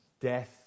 death